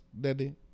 daddy